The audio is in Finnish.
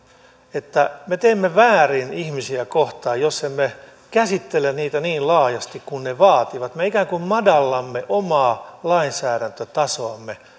että me teemme väärin ihmisiä kohtaan jos emme käsittele niitä niin laajasti kuin ne vaativat me ikään kuin madallamme omaa lainsäädäntötasoamme